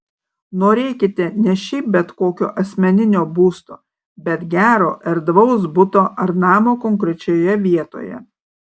norėkite ne šiaip bet kokio asmeninio būsto bet gero erdvaus buto ar namo konkrečioje vietoje